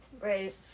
right